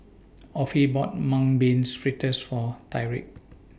Offie bought Mung Beans Fritters For Tyrik